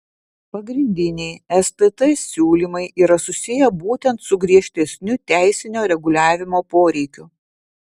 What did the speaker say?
pagrindiniai stt siūlymai yra susiję būtent su griežtesniu teisinio reguliavimo poreikiu